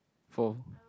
four